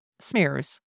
smears